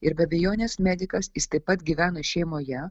ir be abejonės medikas jis taip pat gyvena šeimoje